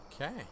okay